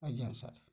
ଆଜ୍ଞା ସାର୍